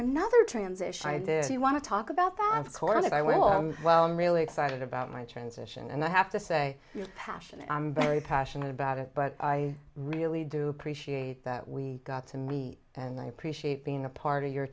another transition i did you want to talk about that of course i went well i'm really excited about my transition and i have to say passion i'm very passionate about it but i really do appreciate that we got to meet and i appreciate being a part of your